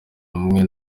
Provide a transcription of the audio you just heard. bumwe